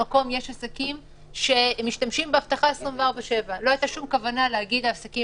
עסקים שמשתמשים באבטחה 24/7. לא הייתה שום כוונה להגיד לעסקים